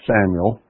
Samuel